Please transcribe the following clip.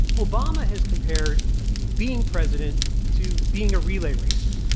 obama has compared being president to being a relay racer,